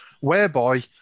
whereby